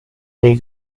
dei